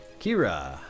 kira